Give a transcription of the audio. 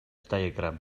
diagram